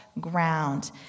ground